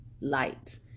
light